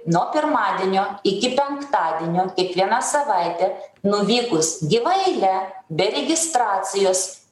nuo pirmadienio iki penktadienio kiekvieną savaitę nuvykus gyva eila be registracijos